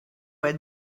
were